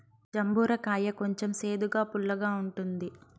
జంబూర కాయ కొంచెం సేదుగా, పుల్లగా ఉంటుంది